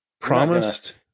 promised